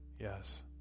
Yes